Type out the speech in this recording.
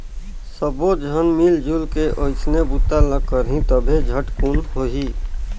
सब्बो झन मिलजुल के ओइसने बूता ल करही तभे झटकुन होही